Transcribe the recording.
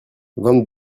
vingt